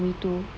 ya me too